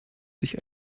sich